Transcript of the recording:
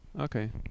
okay